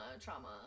trauma